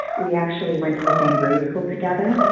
we actually went to the same grade school together.